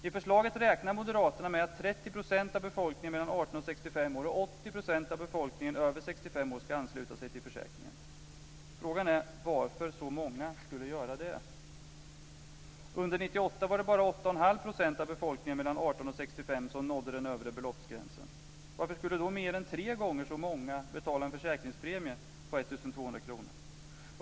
I förslaget räknar moderaterna med att av befolkningen över 65 år ska ansluta sig till försäkringen. Frågan är varför så många skulle göra det. Under 1998 var det bara 8,5 % av befolkningen mellan 18 och 65 som nådde den övre beloppsgränsen. Varför skulle då mer än tre gånger så många betala en försäkringspremie på 1 200 kr?